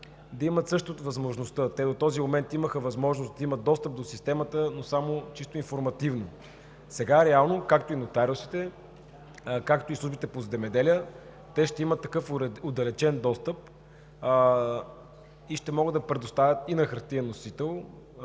да имат също възможност – до този момент имаха възможност за достъп до системата само информативно, сега реално – както и нотариусите, както и службите по земеделие ще имат такъв отдалечен достъп и ще могат да предоставят и на хартиен носител.